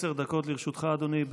עשר דקות לרשותך, אדוני.